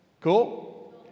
Cool